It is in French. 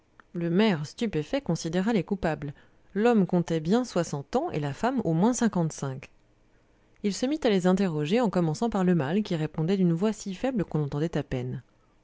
le maire stupéfait considéra les coupables l'homme comptait bien soixante ans et la femme au moins cinquante-cinq il se mit à les interroger en commençant par le mâle qui répondait d'une voix si faible qu'on l'entendait à peine